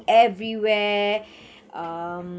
everywhere um